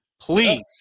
Please